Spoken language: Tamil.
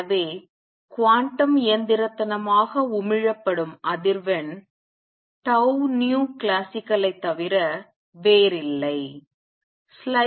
எனவே குவாண்டம் இயந்திரத்தனமாக உமிழப்படும் அதிர்வெண் classical ஐத் தவிர வேறில்லை